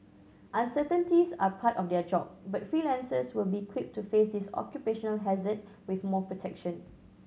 uncertainties are part of their job but freelancers will be equipped to face this occupational hazard with more protection